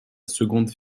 seconde